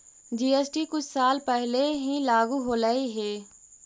GST कुछ साल पहले ही लागू होलई हे